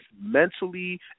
mentally